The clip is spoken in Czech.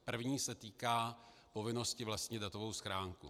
První se týká povinnosti vlastnit datovou schránku.